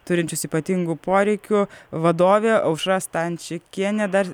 turinčius ypatingų poreikių vadove aušra stančikiene dar